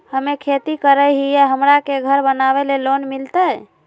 हमे खेती करई हियई, हमरा के घर बनावे ल लोन मिलतई?